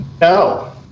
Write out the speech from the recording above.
No